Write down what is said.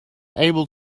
able